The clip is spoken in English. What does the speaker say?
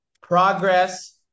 Progress